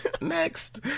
Next